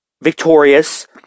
victorious